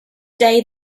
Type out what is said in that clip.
day